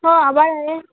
हो आभाळ आहे